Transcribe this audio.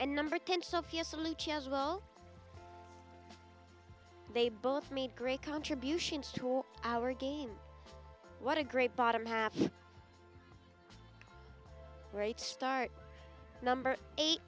and number ten so fiercely they both made great contributions to our game what a great bottom half great start number eight